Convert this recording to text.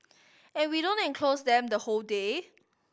and we don't enclose them the whole day